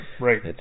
right